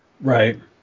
Right